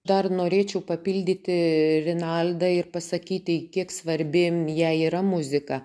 dar norėčiau papildyti rinaldą ir pasakyti kiek svarbi jai yra muzika